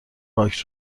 پاک